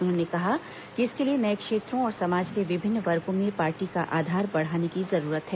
उन्होंने कहा कि इसके लिए नये क्षेत्रों और समाज के विभिन्न वर्गों में पार्टी का आधार बढ़ाने की जरूरत है